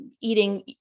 eating